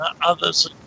others